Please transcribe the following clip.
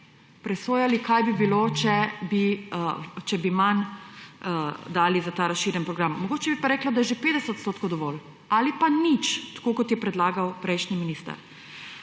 presojali, kaj bi bilo, če bi manj dali za ta razširjen program. Mogoče bi pa reklo, da je že 50 % dovolj ali pa nič, tako kot je predlagal prejšnji minister.